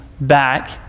back